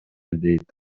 дейт